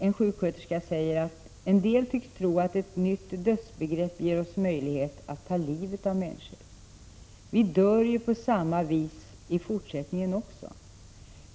En sjuksköterska säger: ”En del tycks tro att ett nytt dödsbegrepp ger oss möjlighet att ta livet av människor ———. Vi dör ju på samma vis i fortsättningen också.